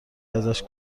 ازش